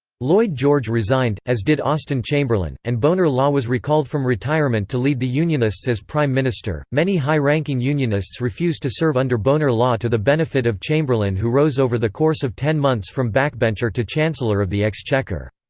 lloyd george resigned, as did austen chamberlain, and bonar law was recalled from retirement to lead the unionists as prime minister many high-ranking unionists refused to serve under bonar law to the benefit of chamberlain who rose over the course of ten months from backbencher to chancellor of the exchequer.